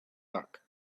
luck